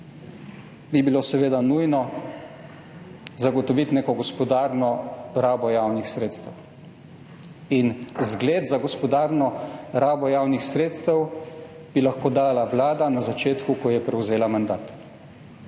bi bilo seveda nujno zagotoviti neko gospodarno rabo javnih sredstev. Zgled za gospodarno rabo javnih sredstev bi lahko dala vlada na začetku, ko je prevzela mandat.